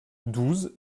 douze